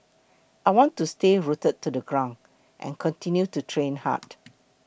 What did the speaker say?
I want to stay rooted to the ground and continue to train hard